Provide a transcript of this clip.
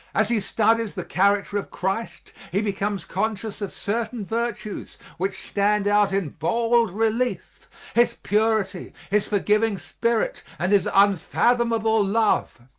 as he studies the character of christ he becomes conscious of certain virtues which stand out in bold relief his purity, his forgiving spirit, and his unfathomable love.